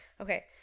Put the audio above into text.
okay